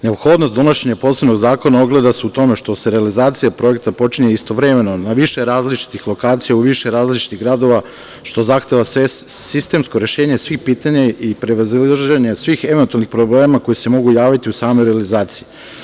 Neophodnost donošenja posebnog zakona ogleda se u tome što realizacija projekta počinje istovremeno na više različitih lokacija u više različitih gradova, što zahteva sistemsko rešenje svih pitanja i prevazilaženje svih eventualnih problema koji se mogu javiti u samoj realizaciji.